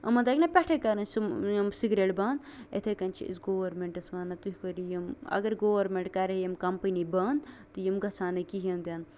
یِمن بَنہِ نا پیٚٹھٕے کرٕنۍ یِم سِگریٹ بَنٛد یِتھٕے کٔنۍ چھِ أسۍ گورمینٹَس وَنان تُہۍ کٔرِو یِم اَگر گورمینٹ کرے یِم کَمپٔنی بَنٛد تہٕ یِم گژھٕ ہن نہٕ کِہیٖنٛۍ تہِ نہٕ